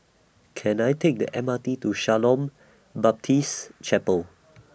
Can I Take The M R T to Shalom Baptist Chapel